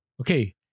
Okay